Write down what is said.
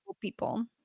people